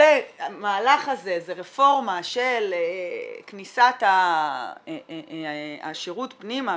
המהלך הזה זו רפורמה של כניסת השירות פנימה,